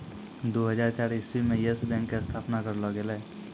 दु हजार चार इस्वी मे यस बैंक के स्थापना करलो गेलै